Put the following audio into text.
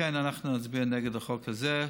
לכן, אנחנו נצביע נגד החוק הזה.